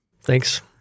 Thanks